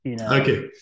Okay